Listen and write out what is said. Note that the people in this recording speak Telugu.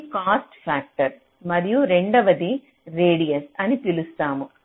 ఇది కాస్ట్ ఫ్యాక్టర్ మరియు రెండవది రేడియస్ అని పిలుస్తాము